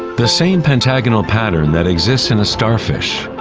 the same pentagonal pattern that exists in a starfish,